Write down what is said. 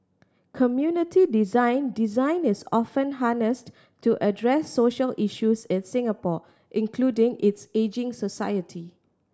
community design Design is often harnessed to address social issues in Singapore including its ageing society